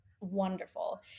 wonderful